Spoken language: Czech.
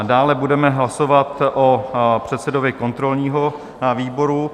Dále budeme hlasovat o předsedovi kontrolního výboru.